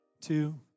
two